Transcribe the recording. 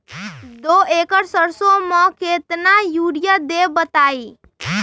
दो एकड़ सरसो म केतना यूरिया देब बताई?